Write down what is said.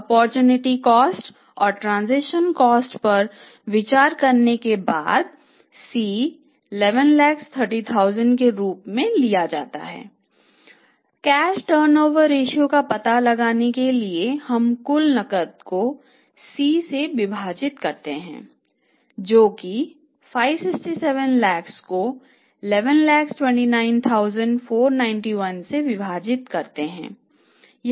opportunity cost का पता लगाने के लिए हम कुल नकद को C से विभाजित करते हैं जो कि 567 लाख को 1129491 से विभाजित करते हैं